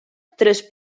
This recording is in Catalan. tres